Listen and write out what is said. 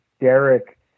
Derek